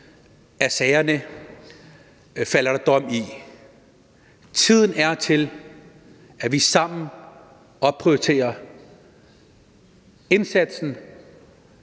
af sagerne falder der dom. Tiden er til, at vi sammen opprioriterer indsatsen